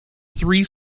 three